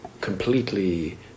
completely